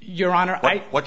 your honor what